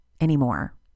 anymore